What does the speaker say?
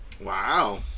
Wow